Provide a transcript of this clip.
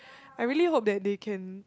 I really hope that they can